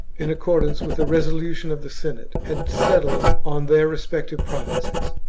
in accordance with a resolution of the senate, had settled on their respective provinces,